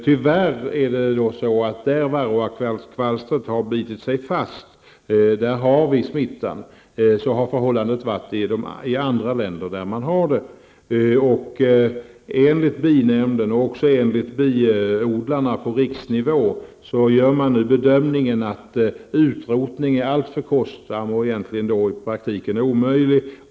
Tyvärr har vi smittan kvar där varroakvalstret har bitit sig fast. Så har det varit i andra länder där kvalstret förekommer. Enligt binämnden och enligt biodlarna på riksnivå gör man bedömningen att utrotning är alltför kostsam och i praktiken omöjlig.